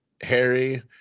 Harry